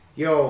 yo